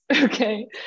okay